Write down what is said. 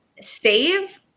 save